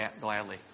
gladly